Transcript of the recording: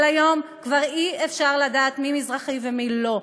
היום כבר אי-אפשר לדעת מי מזרחי ומי לא.